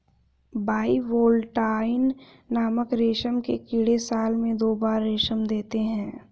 bivoltine नामक रेशम के कीड़े साल में दो बार रेशम देते है